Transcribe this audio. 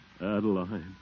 Adeline